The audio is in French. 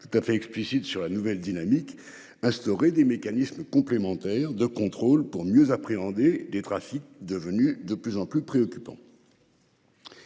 tout à fait explicite sur la nouvelle dynamique instaurer des mécanismes complémentaires de contrôle pour mieux appréhender des trafics devenu de plus en plus préoccupant.